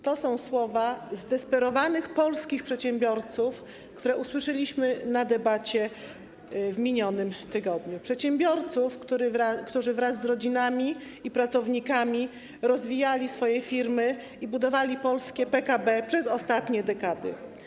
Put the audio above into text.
To są słowa zdesperowanych polskich przedsiębiorców, które usłyszeliśmy podczas debaty w minionym tygodniu, przedsiębiorców, którzy wraz z rodzinami i pracownikami rozwijali swoje firmy i budowali polskie PKB przez ostatnie dekady.